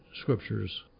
scriptures